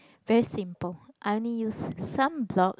very simple I only use sunblock